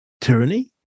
tyranny